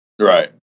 Right